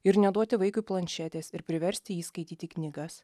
ir neduoti vaikui planšetės ir priversti jį skaityti knygas